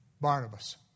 Barnabas